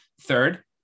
Third